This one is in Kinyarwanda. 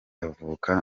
avuka